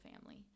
family